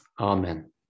Amen